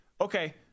Okay